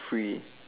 free